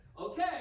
okay